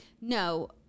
No